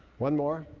one more,